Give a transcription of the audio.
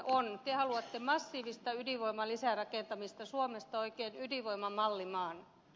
te haluatte massiivista ydinvoiman lisärakentamista suomesta oikein ydinvoiman mallimaan